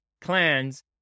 clans